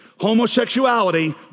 Homosexuality